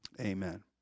Amen